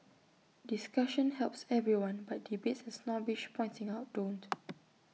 discussion helps everyone but debates snobbish pointing out don't